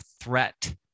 threat